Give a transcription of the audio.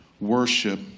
worship